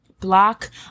Block